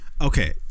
Okay